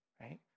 right